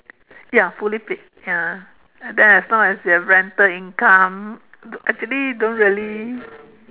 ya fully paid ya then as long as you have rental income actually don't really